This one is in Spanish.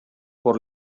por